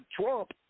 Trump